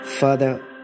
Father